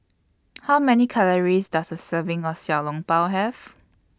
How Many Calories Does A Serving of Xiao Long Bao Have